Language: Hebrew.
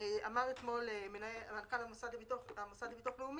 שפיגלר, מנכ"ל ביטוח לאומי,